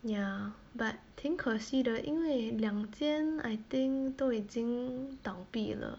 ya but 挺可惜的因为两间 I think 都已经倒闭了